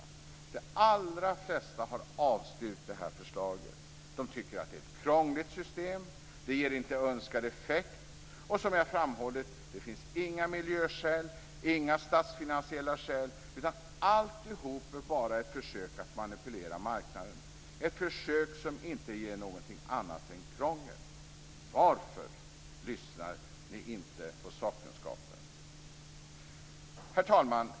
De allra flesta har avstyrkt förslaget. De tycker att det är ett krångligt system, som inte ger önskad effekt. Som jag har framhållit finns heller inga miljöskäl eller statsfinansiella skäl som talar för det. Alltihop är bara ett försök att manipulera marknaden, ett försök som inte ger upphov till någonting annat än krångel. Varför lyssnar ni inte på sakkunskapen? Herr talman!